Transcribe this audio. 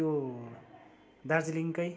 त्यो दार्जिलिङकै